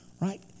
right